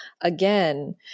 again